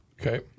Okay